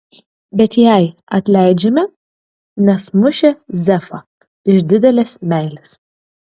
bet jai atleidžiame nes mušė zefą iš didelės meilės